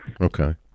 Okay